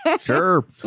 Sure